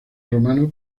romano